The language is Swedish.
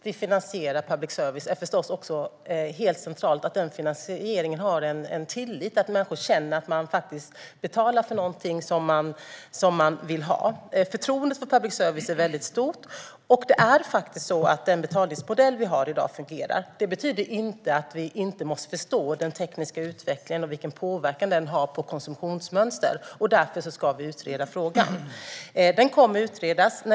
Det är förstås också helt centralt att det finns en tillit till finansieringen av public service och att människor känner att de betalar för någonting som de vill ha. Förtroendet för public service är väldigt stort, och det är faktiskt så att den betalningsmodell vi har i dag fungerar. Det betyder inte att vi inte måste förstå den tekniska utvecklingen och vilken påverkan den har på konsumtionsmönster. Därför ska vi utreda frågan. Den kommer att utredas.